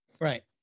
Right